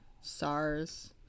sars